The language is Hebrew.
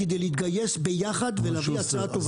כדי להתגייס ביחד ולהביא הצעה טובה.